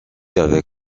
avec